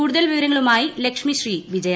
കുടൂതൽ വിവരങ്ങളുമായി ലക്ഷ്മി ശ്രീ വിജയ